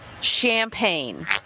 champagne